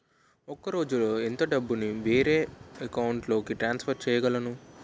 ఒక రోజులో ఎంత డబ్బుని వేరే అకౌంట్ లోకి ట్రాన్సఫర్ చేయగలను?